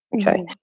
Okay